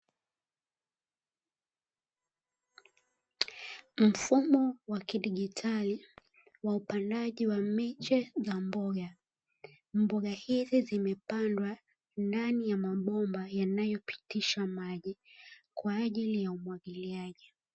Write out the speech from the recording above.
Mfumo wa kidijitali wa upandaji wa miche za mboga, mboga hizi zimepandwa ndani ya mabomba yanayopitisha maji kwa ajili ya umwagiliaji.